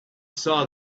saw